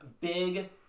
Big